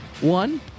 One